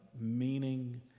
meaning